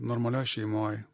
normalioj šeimoj